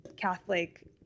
catholic